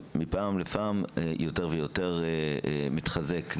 שמפעם לפעם יותר ויותר מתחזקים,